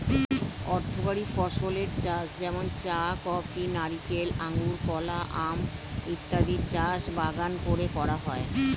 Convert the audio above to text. অর্থকরী ফসলের চাষ যেমন চা, কফি, নারিকেল, আঙুর, কলা, আম ইত্যাদির চাষ বাগান করে করা হয়